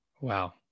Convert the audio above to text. Wow